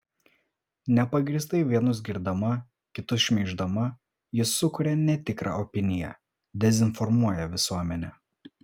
nepagrįstai vienus girdama kitus šmeiždama ji sukuria netikrą opiniją dezinformuoja visuomenę